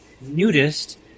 nudist